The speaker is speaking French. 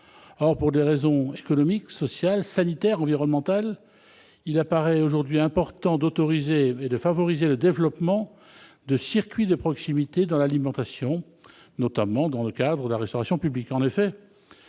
Or, pour des raisons économiques, sociales, sanitaires et environnementales, il apparaît important d'autoriser et de favoriser le développement des circuits de proximité dans l'alimentation, notamment dans le cadre de la restauration publique.